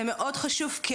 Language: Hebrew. זה מאוד חשוב.